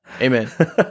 Amen